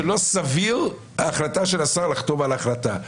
שלא סביר ההחלטה של השר לחתום על ההחלטה,